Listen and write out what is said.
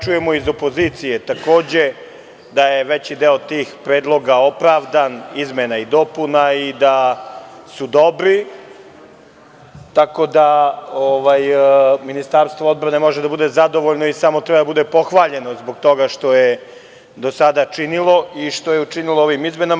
Čujemo i od opozicije, takođe, da je veći deo tih predloga opravdan, da su dobri, tako da Ministarstvo odbrane može da bude zadovoljno i samo treba da bude pohvaljeno zbog toga što je do sada činilo i što je učinilo ovim izmenama.